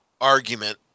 argument